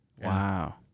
Wow